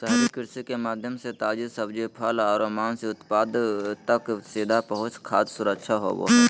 शहरी कृषि के माध्यम से ताजी सब्जि, फल आरो मांस उत्पाद तक सीधा पहुंच खाद्य सुरक्षा होव हई